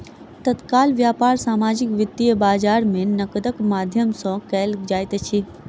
तत्काल व्यापार सामाजिक वित्तीय बजार में नकदक माध्यम सॅ कयल जाइत अछि